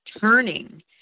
turning